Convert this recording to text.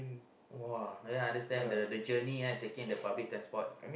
!wah! ya I understand the the journey ah taking the public transport